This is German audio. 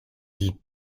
die